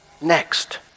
next